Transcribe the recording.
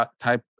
type